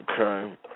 Okay